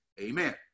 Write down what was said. Amen